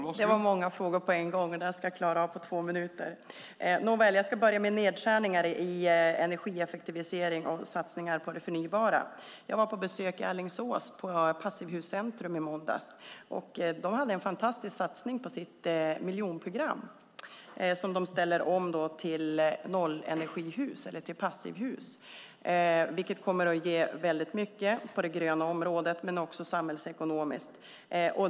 Herr talman! Det var många frågor på en gång och dem ska jag klara av på två minuter. Nåväl, jag börjar med nedskärningar i energieffektivisering och satsningar på det förnybara. Jag var på besök vid Passivhuscentrum i Alingsås i måndags. De har en fantastisk satsning på sitt miljonprogram som de ställer om till nollenergihus, passivhus. Det kommer att ge mycket på det gröna området men också samhällsekonomiskt.